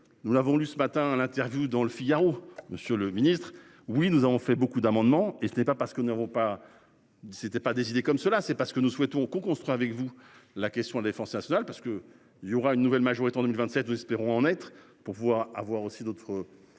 nous l'avons lu ce matin à l'interview dans Le Figaro. Monsieur le Ministre, oui, nous avons fait beaucoup d'amendements et ce n'est pas parce que nous n'avons pas. C'était pas décider comme cela, c'est parce que nous souhaitons qu'on qu'on sera avec vous. La question la défense nationale parce que il y aura une nouvelle majorité en 2027. Espérons en être pour pouvoir avoir aussi d'autres